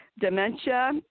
dementia